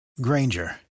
Granger